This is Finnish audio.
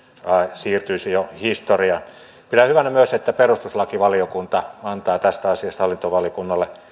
siirtyisi jo historiaan pidän hyvänä myös että perustuslakivaliokunta antaa tästä asiasta hallintovaliokunnalle